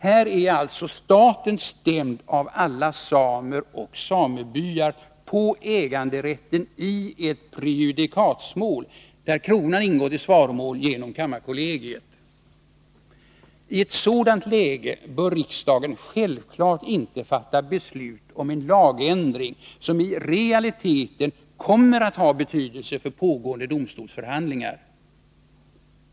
Här är alltså staten stämd av alla samer och samebyar på äganderätten i ett prejudikatmål, där kronan ingått i svaromål genom kammarkollegiet. I ett sådant läge bör riksdagen självklart inte fatta beslut om en lagändring, som i realiteten kommer att ha betydelse för pågående domstolsförhandlingar.